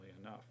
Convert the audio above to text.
enough